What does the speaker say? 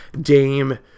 Dame